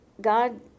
God